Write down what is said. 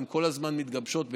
הן כל הזמן מתגבשות,